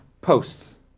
posts